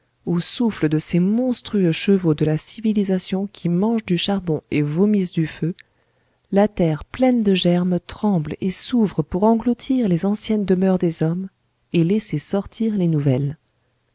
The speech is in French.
au souffle de ces monstrueux chevaux de la civilisation qui mangent du charbon et vomissent du feu la terre pleine de germes tremble et s'ouvre pour engloutir les anciennes demeures des hommes et laisser sortir les nouvelles